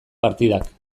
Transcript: partidak